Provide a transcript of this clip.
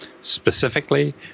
Specifically